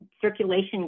circulation